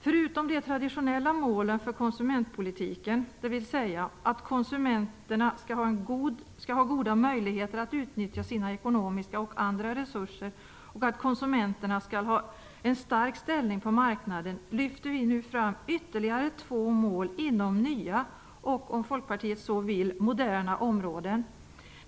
Förutom de traditionella målen för konsumentpolitiken - dvs. att konsumenterna skall ha goda möjligheter att utnyttja sina ekonomiska och andra resurser och att konsumenterna skall ha en stark ställning på marknaden - lyfter vi nu fram ytterligare två mål inom nya och, om Folkpartiet så vill, moderna områden.